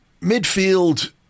Midfield